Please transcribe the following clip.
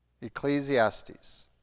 Ecclesiastes